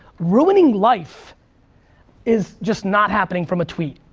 ruining life is just not happening from a tweet.